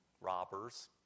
robbers